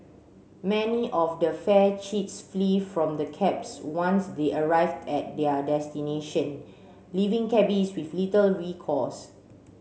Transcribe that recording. many of the fare cheats flee from the cabs once they arrive at their destination leaving cabbies with little recourse